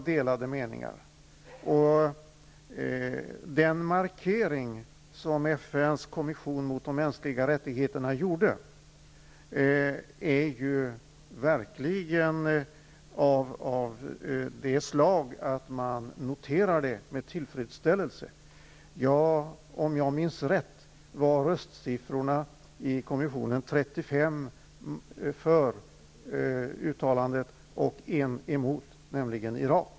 Den markering som FN:s kommission för de mänskliga rättigheterna gjorde är ju verkligen av det slaget att man noterar den med tillfredsställelse. Om jag minns rätt var röstsiffrorna i kommissionen 35 för uttalandet och en emot, nämligen Irak.